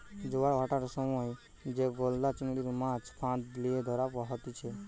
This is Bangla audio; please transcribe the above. জোয়ার ভাঁটার সময় যে গলদা চিংড়ির, মাছ ফাঁদ লিয়ে ধরা হতিছে